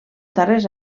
darrers